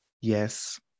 Yes